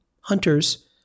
Hunters